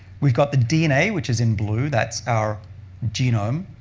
we've got the dna, which is in blue. that's our genome.